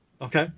Okay